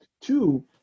Two